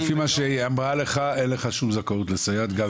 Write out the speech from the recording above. לפי מה שהיא אמרה לך אין לך שום זכאות לסייעת.